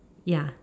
ya